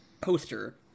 poster